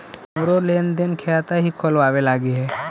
हमरो लेन देन खाता हीं खोलबाबे लागी हई है